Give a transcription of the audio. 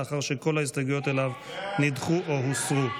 לאחר שכל ההסתייגויות עליו נדחו או הוסרו.